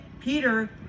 Peter